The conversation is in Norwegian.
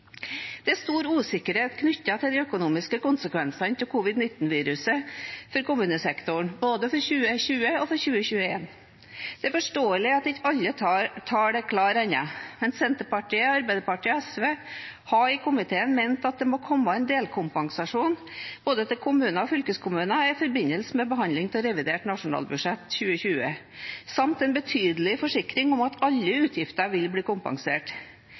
Det er stor usikkerhet knyttet til de økonomiske konsekvensene av covid-19-viruset for kommunesektoren i både 2020 og 2021. Det er forståelig at ikke alle tall er klare ennå, men Senterpartiet, Arbeiderpartiet og SV har i komiteen ment at det må komme en delkompensasjon til både kommuner og fylkeskommuner i forbindelse med behandlingen av revidert nasjonalbudsjett 2020, samt en betydelig forsikring om at alle utgifter vil bli kompensert.